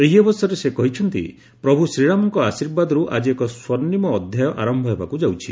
ଏହି ଅବସରରେ ସେ କହିଛନ୍ତି ପ୍ରଭୁ ଶ୍ରୀରାମଙ୍କ ଆଶୀର୍ବାଦରୁ ଆଜି ଏକ ସ୍ୱର୍ଷିମ ଅଧ୍ଧାୟ ଆରମ୍ ହେବାକୁ ଯାଉଛି